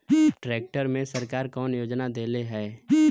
Tractor मे सरकार कवन योजना देले हैं?